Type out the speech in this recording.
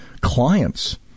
clients